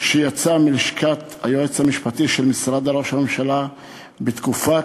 שיצא מלשכת היועץ המשפטי של משרד ראש הממשלה בתקופת